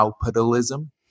capitalism